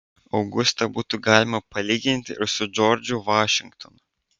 augustą būtų galima palyginti ir su džordžu vašingtonu